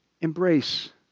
Embrace